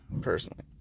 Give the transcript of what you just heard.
personally